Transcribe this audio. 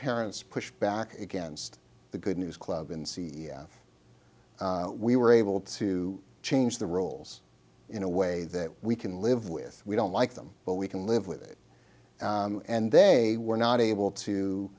parents push back against the good news club and see we were able to change the rules in a way that we can live with we don't like them but we can live with it and they were not able to